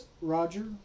roger